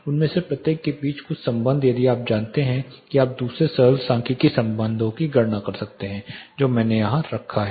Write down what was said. उनमें से प्रत्येक के बीच कुछ संबंध यदि आप जानते हैं कि आप दूसरे सरल सांख्यिकीय संबंधों की गणना कर सकते हैं जो मैंने यहां रखा है